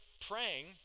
praying